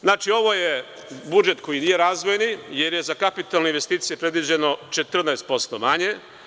Znači, ovo je budžet koji nije razvojni, jer je za kapitalne investicije predviđeno 14% manje.